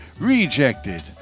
Rejected